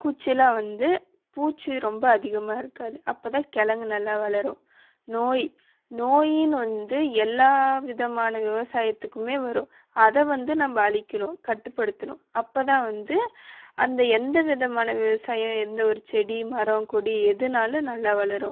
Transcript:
குச்சியில் வந்து பூச்சி ரொம்ப அதிகமாக இருக்காது அப்போ தான் கிழங்கு நல்லா வளரும் நோய் நோயின்னு வந்து எல்லா விதமான விவசாயத்துக்குமே வரும் அதை வந்து நம்ம அழிக்கணும் கட்டுப்படுத்தணும் அப்போ தான் வந்து அந்த எந்த விதமான விவசாயம் எந்த ஒரு செடி மரம் கொடி எதுனாலும் நல்லா வளரும்